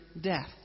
death